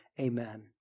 Amen